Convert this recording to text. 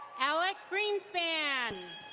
alec greenspan.